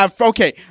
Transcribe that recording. Okay